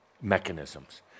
mechanisms